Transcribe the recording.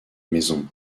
maison